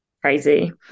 crazy